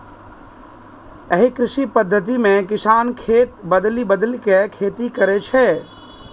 एहि कृषि पद्धति मे किसान खेत बदलि बदलि के खेती करै छै